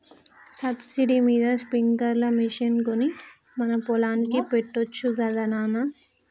subsidy మీద sprinkler machine కొని మన పొలానికి పెట్టొచ్చు గదా నాన